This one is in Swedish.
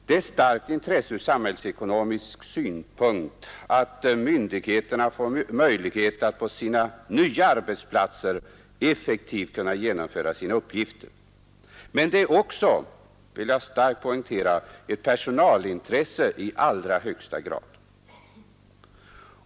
Det är ett starkt intresse ur samhällsekonomisk synpunkt att myndigheterna får möjlighet att på sina nya platser effektivt genomföra sina arbetsuppgifter, men det är också — det vill jag starkt poängtera — i allra högsta grad ett personalintresse.